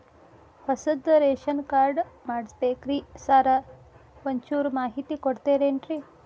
ಹೊಸದ್ ration card ಮಾಡ್ಬೇಕ್ರಿ sir ಒಂಚೂರ್ ಮಾಹಿತಿ ಕೊಡ್ತೇರೆನ್ರಿ?